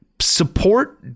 support